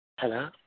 hello